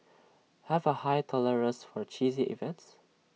have A high tolerance for cheesy events